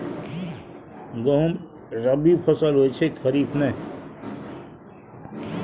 गहुम रबी फसल होए छै खरीफ नहि